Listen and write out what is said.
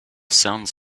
sounds